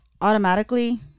automatically